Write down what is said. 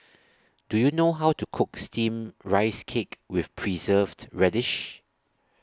Do YOU know How to Cook Steamed Rice Cake with Preserved Radish